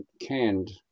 canned